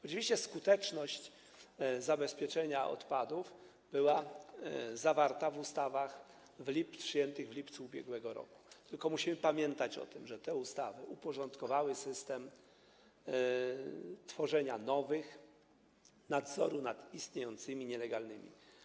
Oczywiście skuteczność zabezpieczenia odpadów była zawarta w ustawach przyjętych w lipcu ub.r., tylko musimy pamiętać, że te ustawy uporządkowały system tworzenia nowych nadzorów nad istniejącymi nielegalnymi.